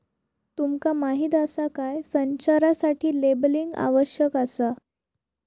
तुमका माहीत आसा काय?, संचारासाठी लेबलिंग आवश्यक आसा